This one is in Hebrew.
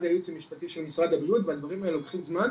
הייעוץ המשפטי של משרד הבריאות והדברים האלה לוקחים זמן,